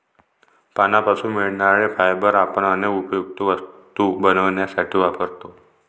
पानांपासून मिळणारे फायबर आपण अनेक उपयुक्त वस्तू बनवण्यासाठी वापरतो